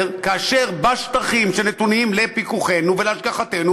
כאשר בשטחים שנתונים לפיקוחנו ולהשגחתנו,